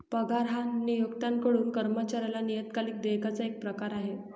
पगार हा नियोक्त्याकडून कर्मचाऱ्याला नियतकालिक देयकाचा एक प्रकार आहे